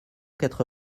quatre